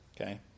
Okay